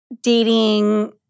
dating